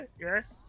yes